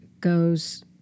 goes